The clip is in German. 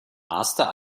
master